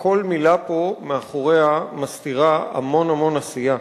וכל מלה פה מסתירה מאחוריה המון עשייה,